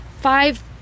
five